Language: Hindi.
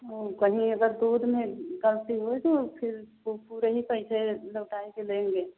और कहीं अगर दूध में ग़लती हुई तो फिर तो पूरे ही पैसे लौटा के ही लेंगे